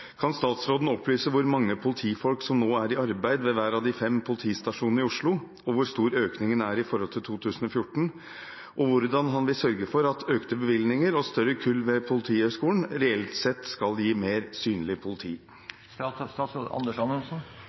Kan statsråden opplyse hvor mange politifolk som nå er i arbeid ved hver av de fem politistasjonene i Oslo, hvor stor økningen er i forhold til 2014, og hvordan han vil sørge for at økte bevilgninger og større kull ved Politihøgskolen reelt skal gi mer synlig